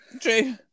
True